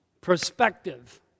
perspective